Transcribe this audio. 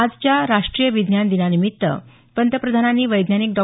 आजच्या राष्ट्रीय विज्ञान दिनानिमित्त पंतप्रधानांनी वैज्ञानिक डॉ